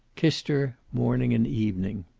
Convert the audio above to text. kissed her morning and evening.